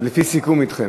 לפי סיכום אתכם.